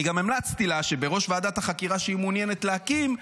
אני גם המלצתי לה שבראש ועדת החקירה שהיא מעוניינת להקים,